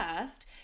first